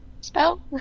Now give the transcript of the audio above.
Spell